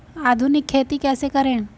आधुनिक खेती कैसे करें?